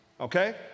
okay